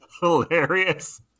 hilarious